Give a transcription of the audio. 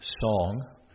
song